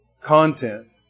content